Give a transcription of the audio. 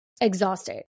exhausted